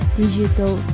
digital